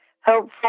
helpful